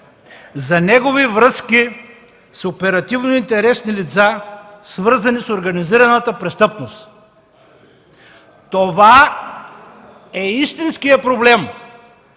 за негови връзки с оперативно интересни лица, свързани с организираната престъпност. Това е истинският проблем